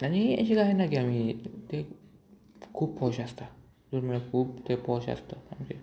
आनी अशें कांय ना की आमी ते खूब पोश आसता दोन म्हळ्यार खूब ते पोश आसता सामके